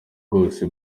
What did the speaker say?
bose